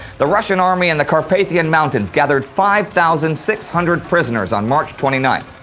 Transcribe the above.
the russian army in the carpathian mountains gathered five thousand six hundred prisoners on march twenty ninth.